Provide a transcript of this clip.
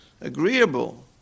agreeable